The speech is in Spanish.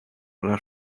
las